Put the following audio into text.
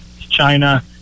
china